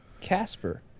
Casper